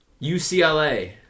UCLA